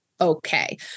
okay